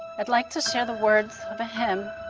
i'd like to share the words of a hymn